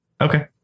Okay